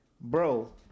bro